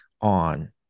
on